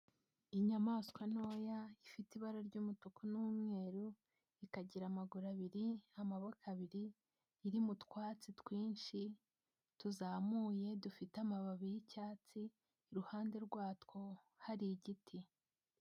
Inyamaswa ntoya ifite ibara ry'umutuku n'umweru, ikagira amaguru abiri, amaboko abiri, iri mu twatsi twinshi tuzamuye dufite amababi y'icyatsi, iruhande rwatwo hari igiti.